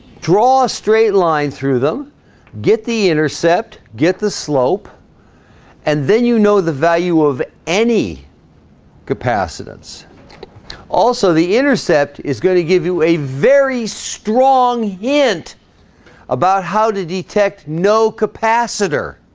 draw a straight line through them get the intercept get the slope and then you know the value of any capacitance also, the intercept is going to give you a very strong hint about how to detect no capacitor